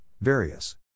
various